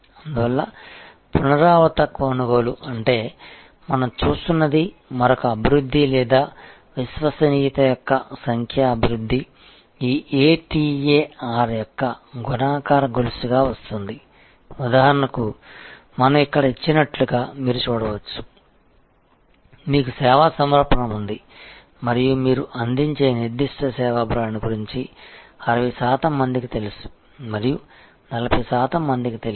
అందువల్ల పునరావృత కొనుగోలు అంటే మనం చూస్తున్నది మరొక అభివ్యక్తి లేదా విశ్వసనీయత యొక్క సంఖ్య అభివ్యక్తి ఈ ATA R యొక్క గుణకార గొలుసుగా వస్తుంది ఉదాహరణకు మనం ఇక్కడ ఇచ్చినట్లు మీరు చూడవచ్చు మీకు సేవా సమర్పణ ఉంది మరియు మీరు అందించే నిర్దిష్ట సేవా బ్రాండ్ గురించి 60 శాతం మందికి తెలుసు మరియు 40 శాతం మందికి తెలియదు